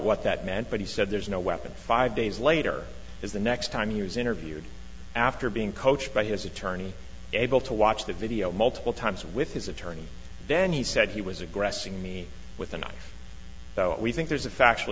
what that meant but he said there's no weapon five days later is the next time yours interviewed after being coached by his attorney able to watch the video multiple times with his attorney then he said he was aggressing me with a knife that we think there's a factual